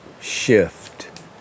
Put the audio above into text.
shift